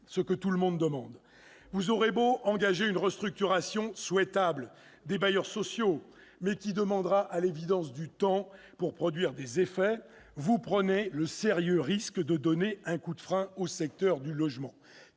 ce que tout le monde réclame -, vous aurez beau engager une restructuration souhaitable des bailleurs sociaux, mais qui demandera du temps pour produire des effets, vous prenez le sérieux risque de donner un coup de frein au secteur du logement.